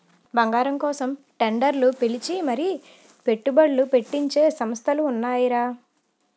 బంగారం కోసం టెండర్లు పిలిచి మరీ పెట్టుబడ్లు పెట్టించే సంస్థలు ఉన్నాయిరా